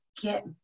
get